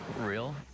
real